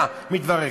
אבל זה משתמע מדבריך.